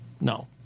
no